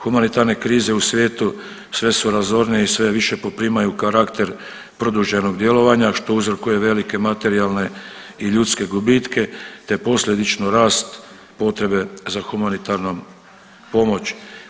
Humanitarne krize u svijetu sve su razornije i sve više poprimaju karakter produženog djelovanja što uzrokuje velike materijalne i ljudske gubitke te posljedično rast potrebe za humanitarnom pomoći.